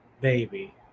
baby